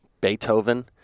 Beethoven